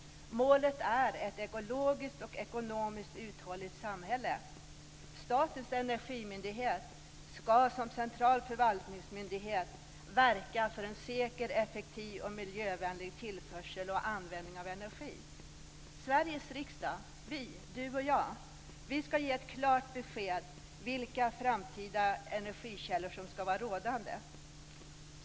Målet är ett ekologiskt och ekonomiskt uthålligt samhälle. Statens energimyndighet ska som central förvaltningsmyndighet verka för en säker, effektiv och miljövänlig tillförsel och användning av energi. Vi i Sveriges riksdag - du och jag - ska ge ett klart besked om vilka framtida energikällor som ska vara rådande.